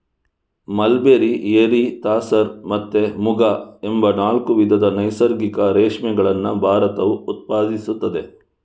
mulberry, eri, tasar ಮತ್ತೆ ಮುಗ ಎಂಬ ನಾಲ್ಕು ವಿಧದ ನೈಸರ್ಗಿಕ ರೇಷ್ಮೆಗಳನ್ನ ಭಾರತವು ಉತ್ಪಾದಿಸ್ತದೆ